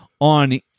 on